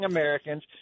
Americans